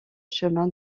chemins